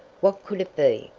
what could it be?